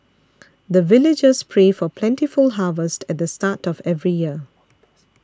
the villagers pray for plentiful harvest at the start of every year